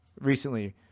recently